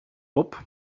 pop